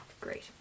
Great